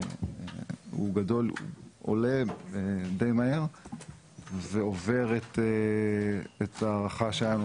הוא עולה דיי מהר ועובר את ההערכה שלנו